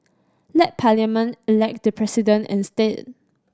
let Parliament elect the President instead